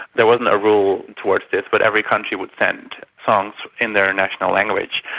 there wasn't a rule towards this, but every country would send songs in their national language,